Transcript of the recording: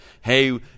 Hey